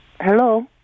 Hello